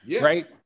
right